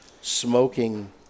smoking